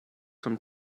some